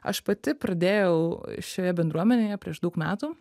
aš pati pradėjau šioje bendruomenėje prieš daug metų